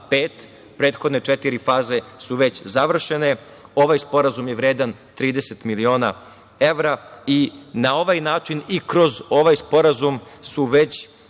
V“, prethodne četiri faze su već završene. Ovaj sporazum je vredan 30 miliona evra. Na ovaj način i kroz ovaj sporazum su već